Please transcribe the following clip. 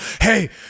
Hey